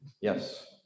Yes